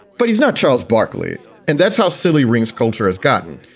but he's not charles barkley and that's how silly rings culture has gotten.